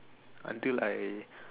until I